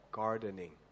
gardening